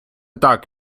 так